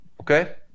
Okay